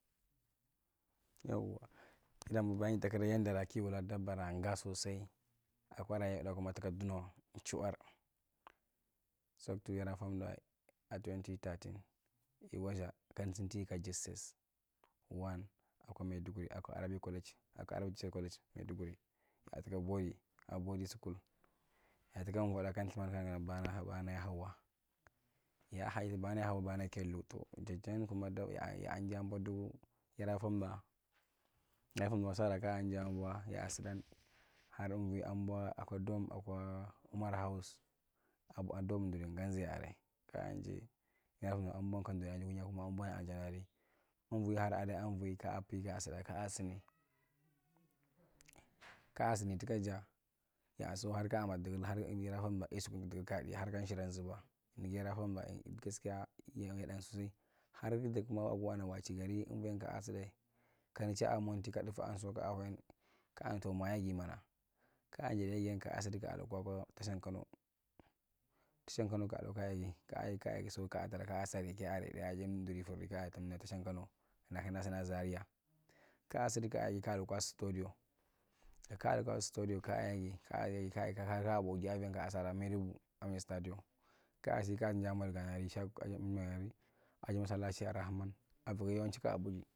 Yawwa, ita mwa bayan takira yadda ki wula dabba raga sosai akwa rayuwa tda kuma tuka dunowa, chiwar soctu yadaa fomdawae twenty thirteen yiwadza kamdi sintiyi ka jss one akwa maiduguri akwa arabic teachers college maiduguri ya tuka boy a body scull yatuka vwada kan lthuman kanu kana bana abana yahauwa ya ahani bana bana yakellu jedi nukana gana tau yaa nda yaa njabwa dugu yada fom da ya fomdawae sara kaa jai bwa yaa suntan har unvi anbwa akwa dom akwa umar hawus abwa a dom durin nganzai area kaanjai yara huma ambon ka duri area njukuni akwan kuma abon yaare jar’araedi envihar area di envi kaa pi yaasudae kaa sini kaa sini tuka jaa yaa so kaamwa dugul har yadaa fomdawa ki sukudni kia di har kan shiran ka zuba nigi yadaa homdawae gaskiya yiki dangdi sosai har ki ta kama ago wache gari unvwi yar kaa sudae kamdu cha’a kwa monti ka dufaa suwa kaa huyan kaa tow mwa yegi mana ka njidag yegi yan kaa sidi ka luka kwa tashan kano tashan kano kaa luka ka yagi kaa yagi so nkaa tra kaa sa reke area dai aji dir ufi aji mya tashang kano na kandaa sina zaria kaasudi kaa yagi kaa luka stodio dayi kaa luka stadio kaa yegi dayi kaa luka stadio dia kaa luka stadio kaa yegi kaa yegi dai kaa bugjaavian har sala meriub akwa nya stadium dai kaa lukwa stadio dayi kaa luka stadio kaa si kaaja mna moduganari aji masallachi alrahaman avigiyowanchi kaa bugji.